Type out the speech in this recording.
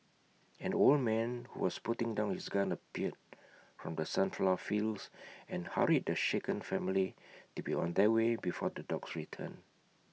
an old man who was putting down his gun appeared from the sunflower fields and hurried the shaken family to be on their way before the dogs return